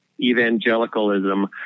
evangelicalism